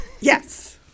Yes